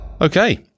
okay